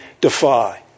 defy